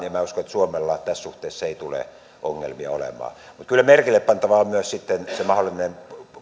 ja minä uskon että suomella tässä suhteessa ei tule ongelmia olemaan mutta kyllä merkille pantavaa on myös sitten se mahdollinen